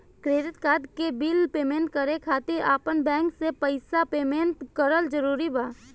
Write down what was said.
Credit card के bill payment करे खातिर आपन बैंक से पईसा पेमेंट करल जरूरी बा?